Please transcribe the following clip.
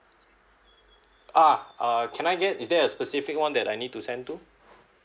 ah err can I get is there a specific one that I need to send to